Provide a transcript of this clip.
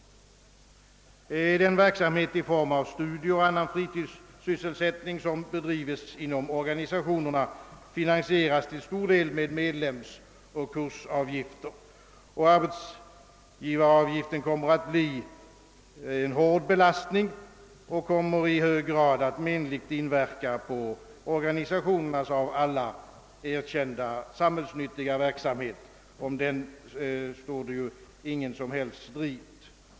Den verksamhet i form av studier och annan fritidssysselsättning som bedrives inom organisationerna finansieras till stor del med kursoch medlemsavgifter, och arbetsgivaravgiften kommer för dem att bli en hård belastning. Likaså kommer den att i hög grad menligt inverka på organisationernas av alla erkända samhällsnyttiga verksamhet. Om den står det ingen som helst strid.